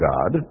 God